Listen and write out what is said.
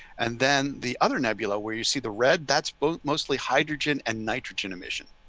and then the other nebula where you see the red, that's mostly hydrogen and nitrogen emission.